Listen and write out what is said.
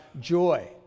joy